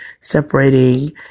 separating